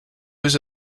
was